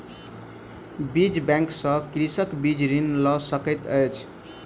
बीज बैंक सॅ कृषक बीज ऋण लय सकैत अछि